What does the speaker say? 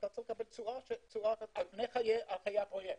על פני חיי הפרויקט.